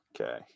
Okay